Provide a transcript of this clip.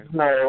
no